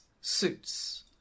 suits